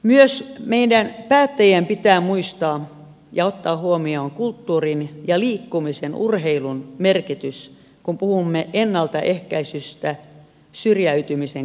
myös meidän päättäjien pitää muistaa ja ottaa huomioon kulttuurin ja liikkumisen ja urheilun merkitys kun puhumme ennaltaehkäisystä syrjäytymisen kohdalla